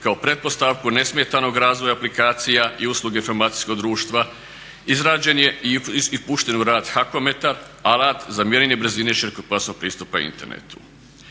kao pretpostavku nesmetanog razvoja aplikacija i usluge informacijskog društva, izrađen je i pušten u rad hakometar – alat za mjerenje brzine širokopojasnog pristupa internetu.